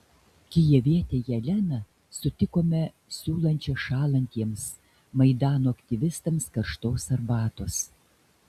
kijevietę jeleną sutikome siūlančią šąlantiems maidano aktyvistams karštos arbatos